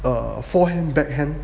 err forehand backhand